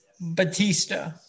Batista